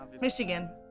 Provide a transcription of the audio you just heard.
Michigan